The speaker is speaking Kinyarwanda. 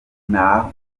naho